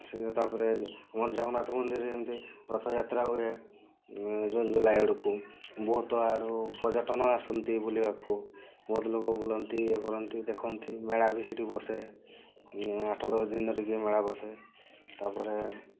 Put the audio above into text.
ସେ ଯେଉଁ ତା'ପରେ ଜଗନ୍ନାଥ ମନ୍ଦିରରେ ଯେମିତି ରଥଯାତ୍ରା ହୁଏ ଜୁନ୍ ଜୁଲାଇ ଆଡ଼କୁ ବହୁତ ଆଡ଼ୁ ପର୍ଯ୍ୟଟନ ଆସନ୍ତି ବୁଲିବାକୁ ବହୁତ ଲୋକ ବୁଲନ୍ତି ଇଏ କରନ୍ତି ଦେଖନ୍ତି ମେଳା ଭି ସେଇଠି ବସେ ଆଠ ଦଶ ଦିନ ଧରିକି ମେଳା ବସେ ତା'ପରେ